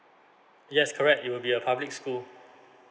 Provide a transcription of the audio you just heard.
yes correct it will be a public school